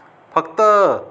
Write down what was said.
फक्त